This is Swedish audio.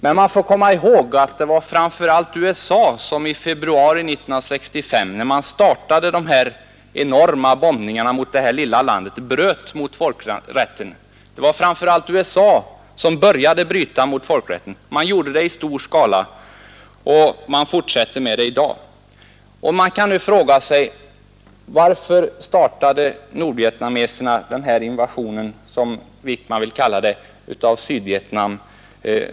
Men man får komma ihåg att det var framför allt USA som i februari — Nr 84 1965, när man började rulla ut bombmattorna över norra Vietnam, bröt Tisdagen den mot folkrätten. Man gjorde det i stor skala. Man fortsätter med det i dag. 23 maj 1972 Vi kan nu fråga: Varför startade nordvietnameserna invasionen, som herr Wijkman vill kalla det, i Sydvietnam?